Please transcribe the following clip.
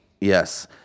Yes